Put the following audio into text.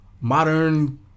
modern